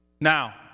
Now